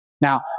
Now